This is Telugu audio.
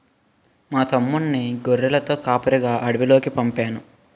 మా తమ్ముణ్ణి గొర్రెలతో కాపరిగా అడవిలోకి పంపేను